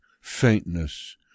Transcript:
faintness